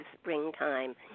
springtime